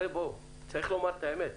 צריך לומר את האמת,